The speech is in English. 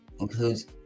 includes